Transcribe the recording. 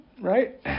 right